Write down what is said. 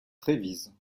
trévise